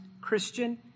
Christian